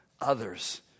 others